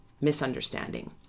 misunderstanding